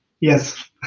Yes